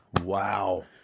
Wow